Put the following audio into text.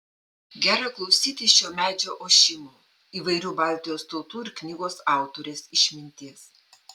gera klausytis šio medžio ošimo įvairių baltijos tautų ir knygos autorės išminties